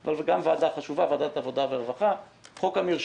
שחייב את קופות החולים לאפשר למבוטחים לרכוש